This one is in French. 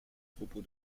propos